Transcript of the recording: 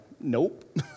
Nope